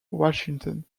washington